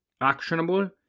Actionable